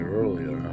earlier